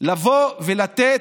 לבוא ולתת,